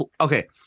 Okay